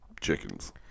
chickens